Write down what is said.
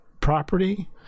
property